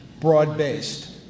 broad-based